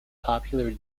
popular